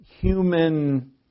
human